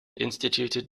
instituted